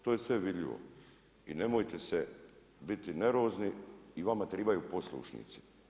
To je sve vidljivo i nemojte se biti nervozni i vama trebaju poslušnici.